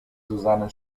susanne